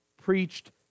preached